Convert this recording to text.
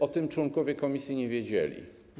O tym członkowie komisji nie wiedzieli.